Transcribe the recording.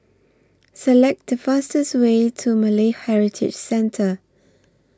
Select The fastest Way to Malay Heritage Centre